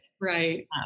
Right